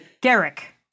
Garrick